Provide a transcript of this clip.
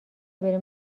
بریم